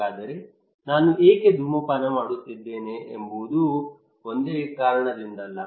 ಹಾಗಾದರೆ ನಾನು ಏಕೆ ಧೂಮಪಾನ ಮಾಡುತ್ತಿದ್ದೇನೆ ಎಂಬುದು ಒಂದೇ ಕಾರಣದಿಂದಲ್ಲ